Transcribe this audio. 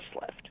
left